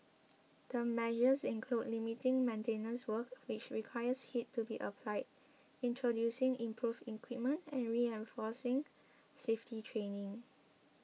the measures include limiting maintenance work which requires heat to be applied introducing improved equipment and reinforcing safety training